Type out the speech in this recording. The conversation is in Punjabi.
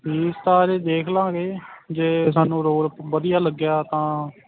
ਫੀਸ ਤਾਂ ਹਲੇ ਦੇਖਲਾਂਗੇ ਜੇ ਸਾਨੂੰ ਰੋਲ ਵਧੀਆ ਲੱਗਿਆ ਤਾਂ